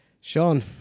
Sean